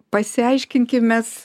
pasiaiškinkim mes